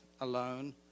alone